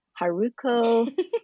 haruko